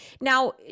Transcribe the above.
Now